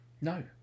No